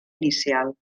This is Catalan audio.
inicial